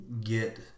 get